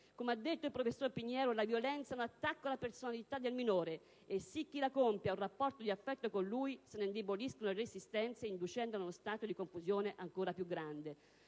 Come ha detto il professor Pinheiro, la violenza è un attacco alla personalità del minore e, se chi la compie ha un rapporto di affetto con lui, se ne indeboliscono le resistenze, inducendolo in un stato confusionale ancora più grande.